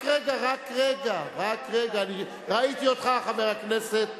רק רגע, רק רגע, אני ראיתי אותך, חבר הכנסת.